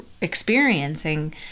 experiencing